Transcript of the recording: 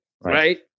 right